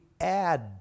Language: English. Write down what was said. add